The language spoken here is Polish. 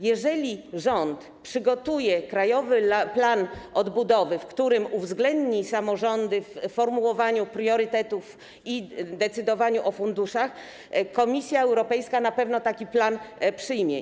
Jeżeli rząd przygotuje krajowy plan odbudowy, w którym uwzględni samorządy w formułowaniu priorytetów i decydowaniu o funduszach, Komisja Europejska na pewno taki plan przyjmie.